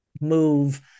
move